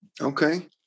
Okay